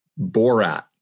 Borat